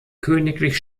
königlich